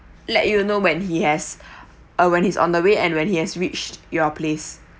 let you know when he has uh when he's on the way and when he has reached your place